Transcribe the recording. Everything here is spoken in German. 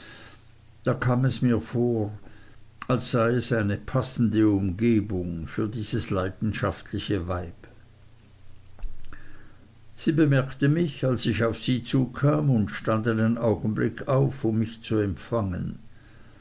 da kam es mir vor als sei es eine passende umgebung für dieses leidenschaftliche weib sie bemerkte mich als ich auf sie zukam und stand einen augenblick auf um mich zu empfangen